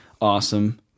awesome